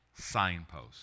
signpost